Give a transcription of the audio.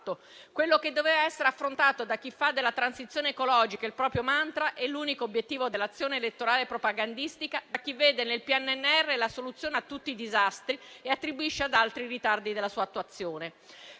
quello che doveva essere affrontato da chi fa della transizione ecologica il proprio *mantra* e l'unico obiettivo dell'azione elettorale propagandistica, da chi vede nel PNRR la soluzione a tutti i disastri e attribuisce ad altri i ritardi della sua attuazione.